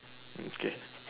okay